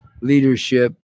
leadership